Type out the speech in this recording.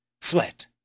Sweat